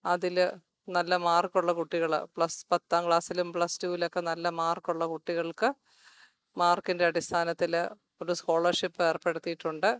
അതിൽ നല്ല മാർക്കുള്ള കുട്ടികൾ പ്ലസ് പത്താം ക്ലാസിലും പ്ലസ് ടൂലൊക്കെ നല്ല മാർക്കുള്ള കുട്ടികൾക്ക് മാർക്കിൻ്റെ അടിസ്ഥാനത്തിൽ ഒരു സ്കോളർഷിപ്പേർപ്പെടുത്തിയിട്ടുണ്ട്